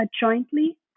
jointly